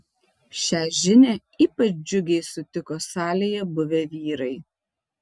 šią žinią ypač džiugiai sutiko salėje buvę vyrai